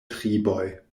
triboj